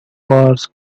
wars